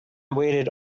waited